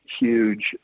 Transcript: huge